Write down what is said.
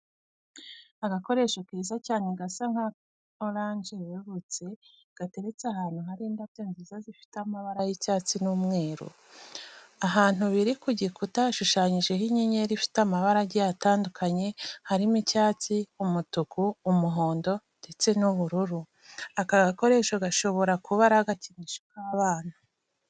Agakoresho keza cyane gasa nka oranje yerurutse gateretse ahantu hari indabyo nziza zifite amabara y'icyatsi n'umweru. Ahantu biri ku gikuta hashushanyijeho inyenyeri ifite amabara agiye atandukanye harimo icyatsi, umutuku, umuhondo ndetse n'ubururu. Aka gakoresho gashobora kuba ari agakinisho k'abana.